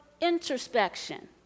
introspection